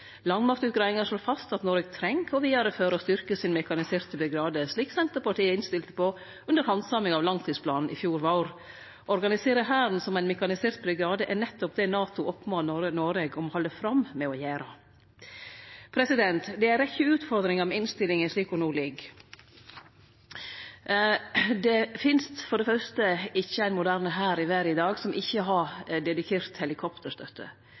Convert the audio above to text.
Landmaktutgreiinga slår fast at Noreg treng å vidareføre og styrkje sin mekaniserte brigade, slik Senterpartiet innstilte på under handsaminga av langtidsplanen i fjor vår. Å organisere Hæren som ein mekanisert brigade er nettopp det NATO oppmodar Noreg om å halde fram med å gjere. Det er ei rekkje utfordringar med innstillinga slik ho no ligg. Det finst for det første ikkje ein moderne hær i verda i dag som ikkje har dedikert helikopterstøtte.